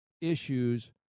issues